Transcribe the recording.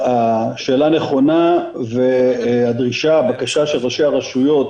השאלה נכונה והדרישה-הבקשה של ראשי הרשויות